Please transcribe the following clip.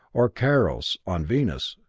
or karos, on venus,